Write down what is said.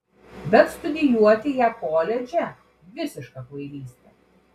bet studijuoti ją koledže visiška kvailystė